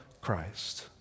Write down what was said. Christ